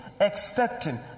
expecting